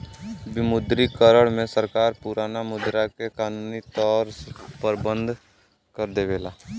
विमुद्रीकरण में सरकार पुराना मुद्रा के कानूनी तौर पर बंद कर देवला